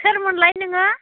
सोरमोनलाय नोङो